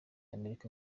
amerika